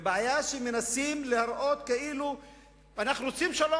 והבעיה היא שמנסים להיראות כאילו אנחנו רוצים שלום,